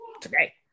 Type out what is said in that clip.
today